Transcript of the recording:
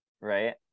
right